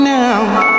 now